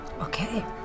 Okay